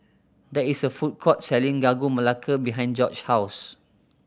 there is a food court selling Sagu Melaka behind Jorge's house